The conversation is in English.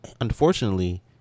unfortunately